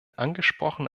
angesprochene